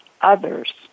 others